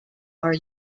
are